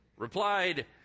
replied